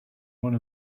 one